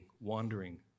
wandering